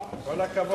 כל הכבוד.